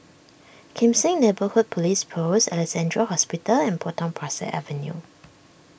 Kim Seng Neighbourhood Police Post Alexandra Hospital and Potong Pasir Avenue